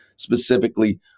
specifically